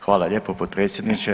Hvala lijepo potpredsjedniče.